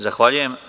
Zahvaljujem.